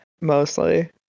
mostly